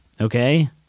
okay